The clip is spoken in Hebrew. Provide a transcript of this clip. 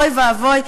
אוי ואבוי,